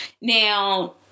Now